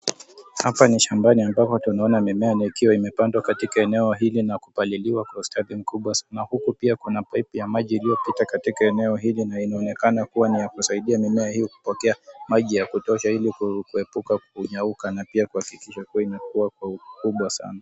Hapa ni shambani ambapo tunaona mimea na ikiwa imepandwa katika eneo hili na kupaliliwa kwa ustadi mkubwa, na huku pia kuna paipu ya maji iliyopita katika eneo hili, na inaonekana kuwa ni ya kusaidia mimea ili kupokea maji ya kutosha ili kuepuka kunyauka na pia kuhakikisha kuwa imekuwa kwa ukubwa sana.